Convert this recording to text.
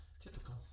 Typical